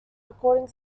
recording